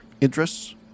interests